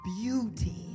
beauty